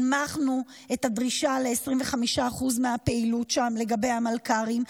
הנמכנו את הדרישה ל-25% מהפעילות שם לגבי המלכ"רים,